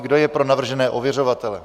Kdo je pro navržené ověřovatele?